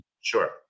Sure